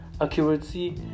accuracy